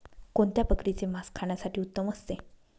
कोणत्या बकरीचे मास खाण्यासाठी उत्तम असते?